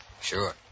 Sure